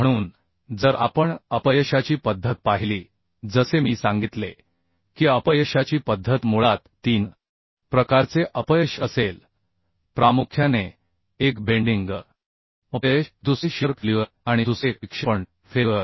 म्हणून जर आपण अपयशाची पद्धत पाहिली जसे मी सांगितले की अपयशाची पद्धत मुळात तीन प्रकारचे अपयश असेल प्रामुख्याने एक बेन्डीग अपयश दुसरे शिअर अपयश आणि दुसरे विक्षेपण अपयश